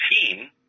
team